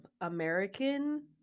American